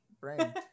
brain